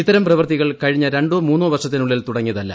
ഇത്തരം പ്രവർത്തികൾ കഴിഞ്ഞ രം ോ മൂന്നോ വർഷത്തിനുള്ളിൽ തുടങ്ങിയതല്ല